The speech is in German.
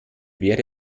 wäre